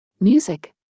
music